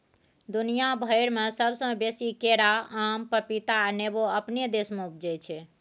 दुनिया भइर में सबसे बेसी केरा, आम, पपीता आ नेमो अपने देश में उपजै छै